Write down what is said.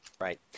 Right